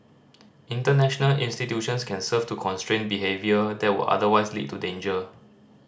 international institutions can serve to constrain behaviour that would otherwise lead to danger